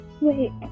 Wait